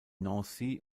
nancy